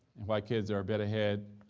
and white kids are a bit ahead.